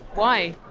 why?